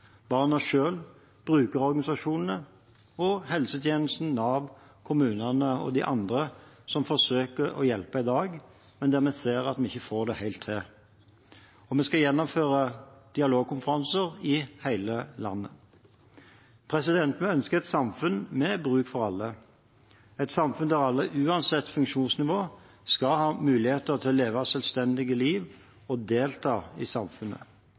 barna selv, brukerorganisasjonene, helsetjenesten, Nav, kommunene og de andre som forsøker å hjelpe i dag, men der vi ser at vi ikke får det helt til. Vi skal gjennomføre dialogkonferanser i hele landet. Vi ønsker et samfunn med bruk for alle – et samfunn der alle, uansett funksjonsnivå, skal ha mulighet til å leve et selvstendig liv og delta i samfunnet.